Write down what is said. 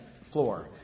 floor